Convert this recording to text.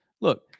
Look